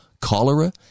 cholera